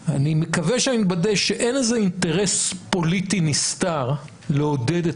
שאין איזה אינטרס פוליטי נסתר לעודד את